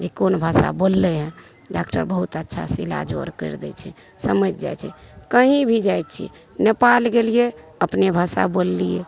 जे कोन भाषा बोललै हँ डॉक्टर बहुत अच्छा से इलाजो आर करि दै छै समझि जाइ छै कही भी जाइत छियै नेपाल गेलिऐ अपने भाषा बोललिऐ